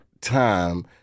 Time